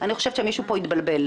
אני חושבת שמישהו פה התבלבל,